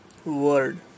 Word